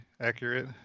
accurate